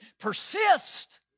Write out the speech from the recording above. Persist